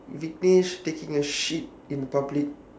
viknish taking a shit in public